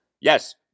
yes